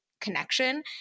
connection